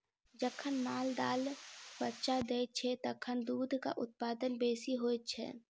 जखन माल जाल बच्चा दैत छै, तखन दूधक उत्पादन बेसी होइत छै